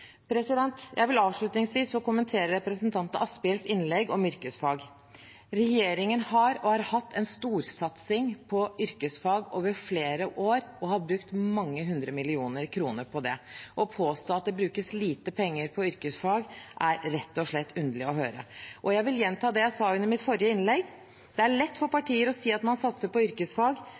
Jeg vil avslutningsvis få kommentere representanten Asphjells innlegg om yrkesfag. Regjeringen har og har hatt en storsatsing på yrkesfag over flere år og har brukt mange hundre millioner kroner på det. Å påstå at det brukes lite penger på yrkesfag, er rett og slett underlig å høre. Og jeg vil gjenta det jeg sa under mitt forrige innlegg: Det er lett for partier å si at man satser på yrkesfag